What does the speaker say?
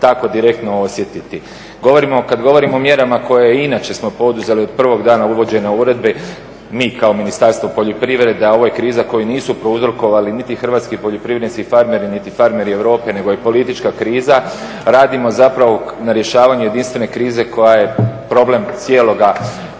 tako direktno osjetiti. Govorimo, kada govorimo o mjerama koje i inače smo poduzeli od prvog dana uvođenja uredbe mi kao Ministarstvo poljoprivrede a ovo je kriza koju nisu prouzrokovali niti hrvatski poljoprivrednici i farmeri niti farmeri Europe nego je politička kriza, radimo zapravo na rješavanju jedinstvene krize koja je problem cijeloga